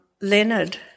Leonard